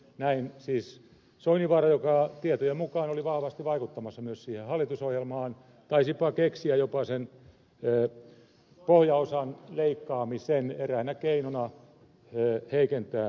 näin siis soininvaara joka tietojen mukaan oli vahvasti vaikuttamassa myös siihen hallitusohjelmaan taisipa keksiä jopa sen pohjaosan leikkaamisen eräänä keinona heikentää näitä perusetuuksia